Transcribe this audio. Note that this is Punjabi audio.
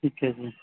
ਠੀਕ ਹੈ ਜੀ